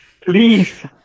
please